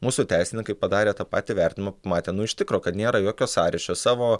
mūsų teisininkai padarė tą patį vertinimą pamatė nu iš tikro kad nėra jokio sąryšio savo